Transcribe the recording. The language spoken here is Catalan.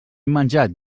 menjat